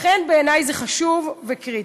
לכן, בעיני, זה חשוב וקריטי.